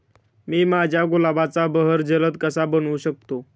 मी माझ्या गुलाबाचा बहर जलद कसा बनवू शकतो?